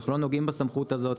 אנחנו לא נוגעים בסמכות הזאת.